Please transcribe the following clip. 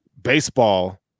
Baseball